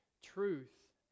truth